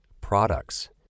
products